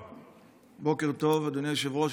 בוקר טוב, אדוני היושב-ראש.